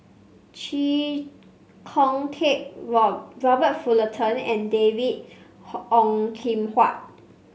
Chee Kong Tet Rob Robert Fullerton and David Ong Kim Huat